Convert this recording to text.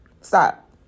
stop